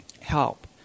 help